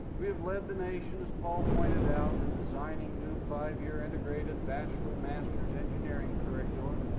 we have led the nation, as paul pointed out, in designing new five-year integrated bachelor, masters engineering curricula,